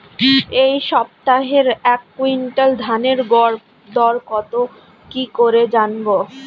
এই সপ্তাহের এক কুইন্টাল ধানের গর দর কত কি করে জানবো?